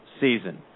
season